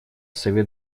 совет